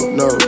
no